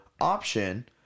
option